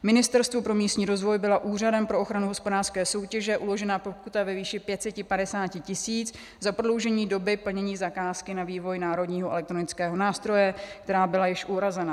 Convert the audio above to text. Ministerstvu pro místní rozvoj bylo Úřadem pro ochranu hospodářské soutěže uložena pokuta ve výši 550 tisíc za prodloužení doby plnění zakázky na vývoj Národního elektronického nástroje, která byla již uhrazena.